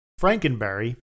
Frankenberry